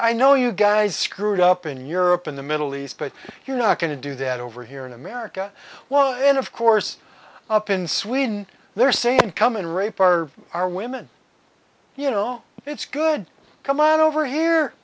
i know you guys screwed up in europe in the middle east but you're not going to do that over here in america well and of course up in sweden they're saying come and rape are our women you know it's good come on over here